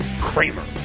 Kramer